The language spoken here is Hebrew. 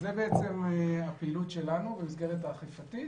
הפעילות שלנו במסגרת האכיפתית,